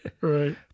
Right